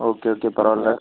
okay okay பரவாயில்ல